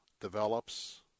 develops